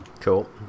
Cool